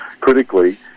critically